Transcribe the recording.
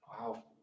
Wow